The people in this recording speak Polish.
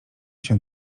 się